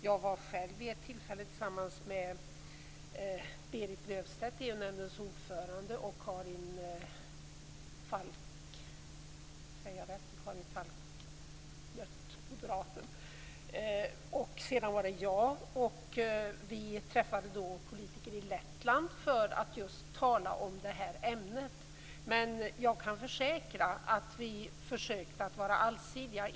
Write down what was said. Jag var själv vid ett tillfälle tillsammans med Berit Löfstedt, EU-nämndens ordförande, och Karin Falkmer i Lettland, där vi träffade politiker för att just tala om det här ämnet. Men jag kan försäkra att vi försökte att vara allsidiga.